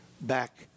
back